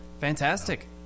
Fantastic